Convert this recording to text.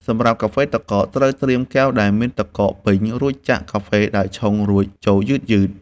សម្រាប់កាហ្វេទឹកកក ត្រូវត្រៀមកែវដែលមានទឹកកកពេញ រួចចាក់កាហ្វេដែលឆុងរួចចូលយឺតៗ។